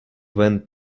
went